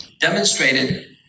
demonstrated